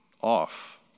off